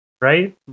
right